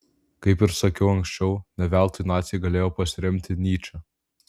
kaip jau sakiau anksčiau ne veltui naciai galėjo pasiremti nyče